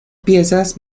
piezas